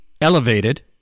elevated